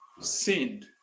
sinned